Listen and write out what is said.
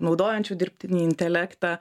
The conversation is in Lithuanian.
naudojančių dirbtinį intelektą